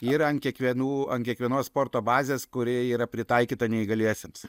yra ant kiekvienų ant kiekvienos sporto bazės kuri yra pritaikyta neįgaliesiems